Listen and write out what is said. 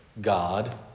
God